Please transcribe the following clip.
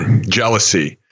jealousy